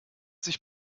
sich